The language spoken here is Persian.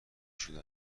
شده